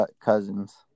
Cousins